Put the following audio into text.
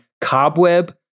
Cobweb